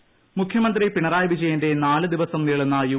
E മുഖ്യമന്ത്രി പിണറായി വിജയന്റെ നാലു ദിവസം നീളുന്ന യു